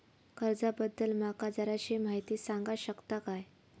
कर्जा बद्दल माका जराशी माहिती सांगा शकता काय?